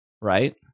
right